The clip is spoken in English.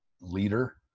leader